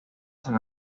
san